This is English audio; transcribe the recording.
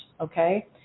okay